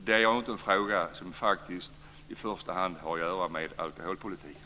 Det är faktiskt en fråga som inte i första hand har att göra med alkoholpolitiken.